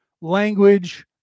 language